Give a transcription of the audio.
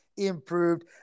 improved